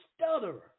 stutterer